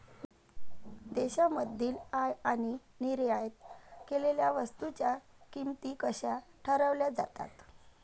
देशांमधील आयात आणि निर्यात केलेल्या वस्तूंच्या किमती कशा ठरवल्या जातात?